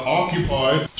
occupied